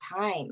time